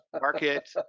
Market